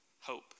hope